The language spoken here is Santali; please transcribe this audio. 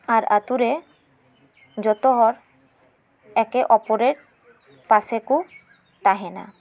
ᱟᱨ ᱟᱛᱩ ᱨᱮ ᱡᱚᱛᱚ ᱦᱚᱲ ᱮᱠᱮ ᱚᱯᱚᱨᱮᱨᱯᱟᱥᱮ ᱠᱚ ᱛᱟᱦᱮᱸᱱᱟ